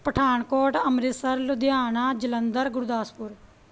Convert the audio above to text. Pathankot Amritsar Ludhiana Jalandhar Gurdaspur